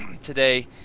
today